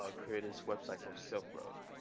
ah created this website called silk road.